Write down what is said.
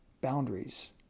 boundaries